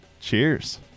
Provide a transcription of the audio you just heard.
Cheers